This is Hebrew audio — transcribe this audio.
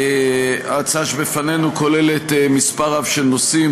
ההצעה שלפנינו כוללת מספר רב של נושאים,